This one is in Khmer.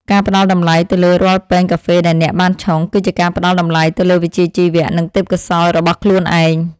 ការផ្តល់តម្លៃទៅលើរាល់ពែងកាហ្វេដែលអ្នកបានឆុង គឺជាការផ្តល់តម្លៃទៅលើវិជ្ជាជីវៈ និងទេពកោសល្យរបស់ខ្លួនឯង។